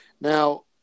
Now